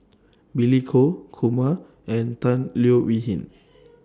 Billy Koh Kumar and Tan Leo Wee Hin